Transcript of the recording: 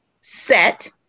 set